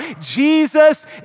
Jesus